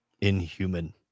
inhuman